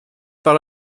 par